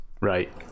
Right